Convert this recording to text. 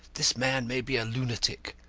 this man may be a lunatic.